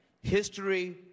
history